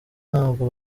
ntabwo